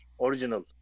original